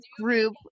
group